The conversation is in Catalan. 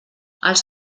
els